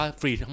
free